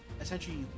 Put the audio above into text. essentially